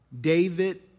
David